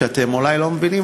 אתם אולי לא מבינים,